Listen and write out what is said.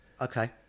Okay